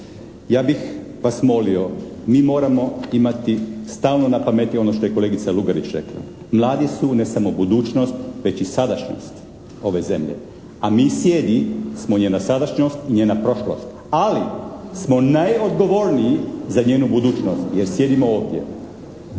Ja bih vas molio, mi moramo imati stalno na pameti ono što je kolegica Lugarić rekla, mladi su ne samo budućnost već i sadašnjost ove zemlje, a mi sijedi smo njena sadašnjost i njena prošlost. Ali smo najodgovorniji za njenu budućnost jer sjedimo ovdje.